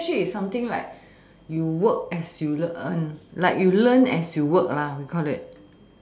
internship is something like you work as you learn like you learn as you work lah we call it